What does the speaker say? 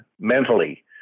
mentally